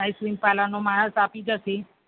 ice cream પાર્લરનો માણસ આપી જશે